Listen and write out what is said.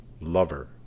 lover